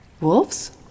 Wolves